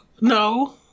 no